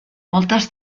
moltes